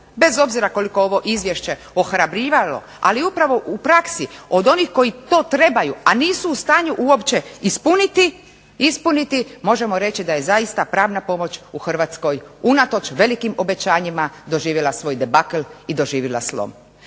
bez obzira koliko ovo izvješće ohrabrivalo, ali upravo u praksi od onih koji to trebaju, a nisu u stanju uopće ispuniti možemo reći da je zaista pravna pomoć u Hrvatskoj unatoč velikim obećanjima doživjela svoj debakl i doživjela slom.